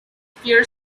peer